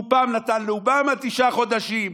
והוא פעם נתן לאובמה תשעה חודשים,